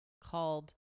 called